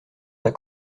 dans